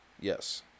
Yes